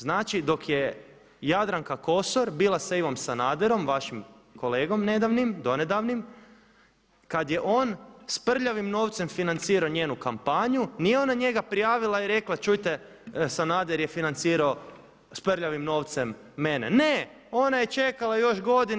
Znači dok je Jadranka Kosor bila sa Ivom Sanaderom, vašim kolegom nedavnim, donedavnim, kada je on sa prljavim novcem financirao njenu kampanju, nije ona njega prijavila i rekla, čujte Sanader je financirao sa prljavim novcem mene, ne ona je čekala još godine.